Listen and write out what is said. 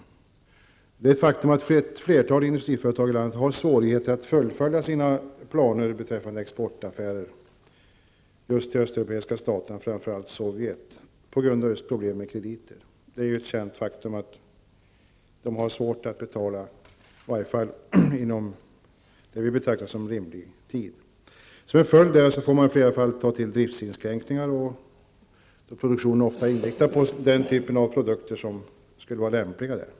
Det är ett faktum att flertalet industriföretag i landet har svårigheter att fullfölja sina planer beträffande exportaffärer till just de östeuropeiska staterna, framför allt Sovjet, och just på grund av problem med krediter -- det är ju ett känt faktum att man där har svårt att betala, i varje fall inom vad vi betraktar som rimlig tid. Som en följd därav får man i flera fall ta till driftsinskränkningar, då produktionen ofta är inriktad på den typ av produkter som skulle vara lämpliga där.